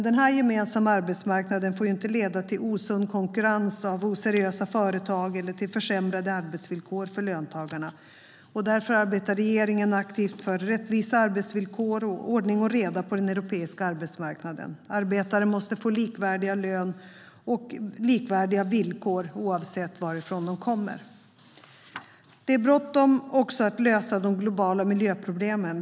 Den gemensamma arbetsmarknaden får dock inte leda till osund konkurrens av oseriösa företag eller till försämrade arbetsvillkor för löntagarna, och därför arbetar regeringen aktivt för rättvisa arbetsvillkor och ordning och reda på den europeiska arbetsmarknaden. Arbetare måste få likvärdig lön och likvärdiga villkor, oavsett varifrån de kommer. Det är bråttom att lösa de globala miljöproblemen.